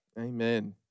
amen